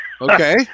Okay